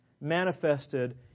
manifested